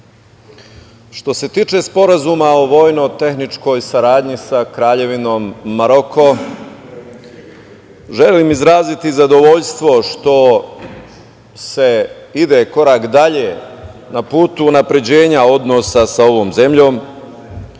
se tiče Sporazuma o vojnotehničkoj saradnji sa Kraljevinom Maroko, želim izraziti zadovoljstvo što se ide korak dalje na putu unapređenja odnosa sa ovom zemljom.